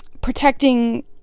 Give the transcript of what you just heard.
protecting